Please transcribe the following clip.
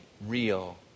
real